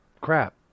crap